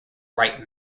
rite